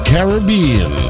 Caribbean